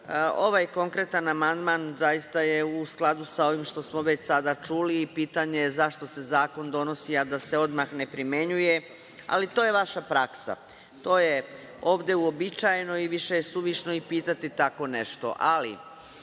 konkretan amandman je zaista u skladu sa ovim što smo već sada čuli i pitanje je zašto se zakon donosi, a da se odmah ne primenjuje, ali to je vaša praksa. To je ovde uobičajeno i više je suvišno i pitati tako nešto, ali